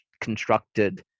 constructed